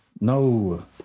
No